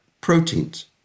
proteins